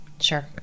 sure